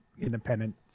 Independent